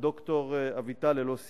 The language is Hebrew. הד"ר אביטל ללא סייג,